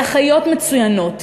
לאחיות מצוינות,